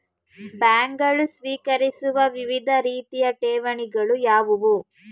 ಬ್ಯಾಂಕುಗಳು ಸ್ವೀಕರಿಸುವ ವಿವಿಧ ರೀತಿಯ ಠೇವಣಿಗಳು ಯಾವುವು?